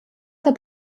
hat